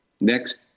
Next